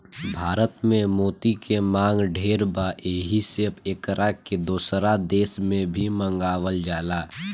भारत में मोती के मांग ढेर बा एही से एकरा के दोसर देश से भी मंगावल जाला